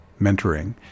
Mentoring